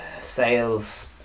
Sales